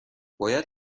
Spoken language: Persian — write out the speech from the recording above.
باید